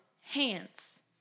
hands